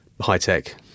high-tech